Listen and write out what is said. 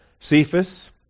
Cephas